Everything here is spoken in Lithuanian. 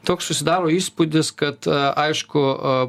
toks susidaro įspūdis kad aišku